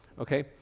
okay